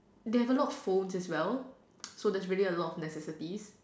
they have a lot of phones as well so there's really a lot of necessities